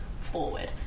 forward